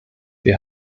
wir